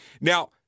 Now